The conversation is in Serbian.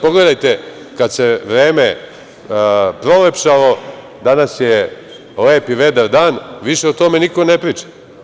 Pogledajte sad kada se vreme prolepšalo, danas je lep i vedar dan, više o tome niko ne priča.